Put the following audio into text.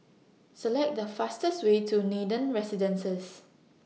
Select The fastest Way to Nathan Residences